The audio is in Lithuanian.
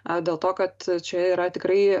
a dėl to kad čia yra tikrai